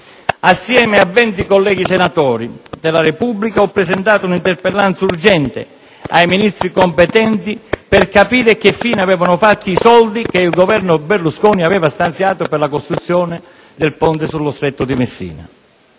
Assieme a venti colleghi senatori della Repubblica ho presentato un'interpellanza urgente ai Ministri competenti per capire che fine avevano fatto i soldi che il Governo Berlusconi aveva stanziato per la costruzione del Ponte sullo Stretto di Messina.